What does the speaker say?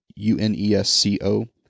UNESCO